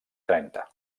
trenta